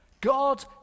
God